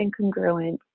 incongruent